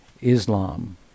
Islam